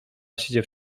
się